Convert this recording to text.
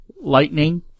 Lightning